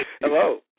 Hello